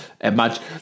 imagine